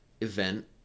event